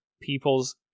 people's